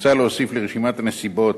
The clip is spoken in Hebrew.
מוצע להוסיף לרשימת הנסיבות